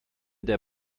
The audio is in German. der